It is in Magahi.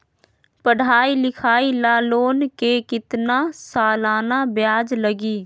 पढाई लिखाई ला लोन के कितना सालाना ब्याज लगी?